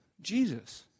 jesus